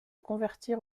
convertir